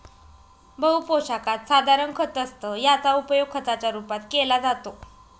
बहु पोशाखात साधारण खत असतं याचा उपयोग खताच्या रूपात केला जातो